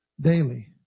daily